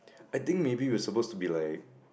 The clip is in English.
I think maybe we're supposed to be like